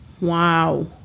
Wow